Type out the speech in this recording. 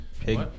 pig